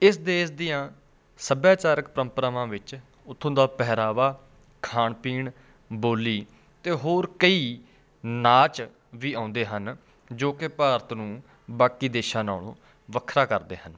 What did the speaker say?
ਇਸ ਦੇਸ਼ ਦੀਆਂ ਸੱਭਿਆਚਾਰਕ ਪਰੰਪਰਾਵਾਂ ਵਿੱਚ ਉੱਥੋਂ ਦਾ ਪਹਿਰਾਵਾ ਖਾਣ ਪੀਣ ਬੋਲੀ ਅਤੇ ਹੋਰ ਕਈ ਨਾਚ ਵੀ ਆਉਂਦੇ ਹਨ ਜੋ ਕਿ ਭਾਰਤ ਨੂੰ ਬਾਕੀ ਦੇਸ਼ਾਂ ਨਾਲੋਂ ਵੱਖਰਾ ਕਰਦੇ ਹਨ